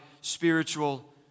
spiritual